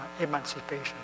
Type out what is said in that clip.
emancipation